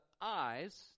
eyes